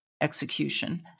execution